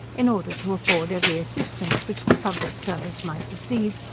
in order to afford every assistance which the public service might receive,